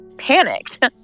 panicked